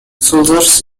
soldiers